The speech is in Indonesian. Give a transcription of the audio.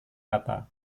kata